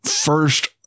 first